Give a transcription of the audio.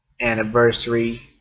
anniversary